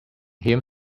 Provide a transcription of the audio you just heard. him